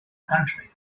country